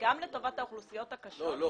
גם לטובת האוכלוסיות הקשות --- לא,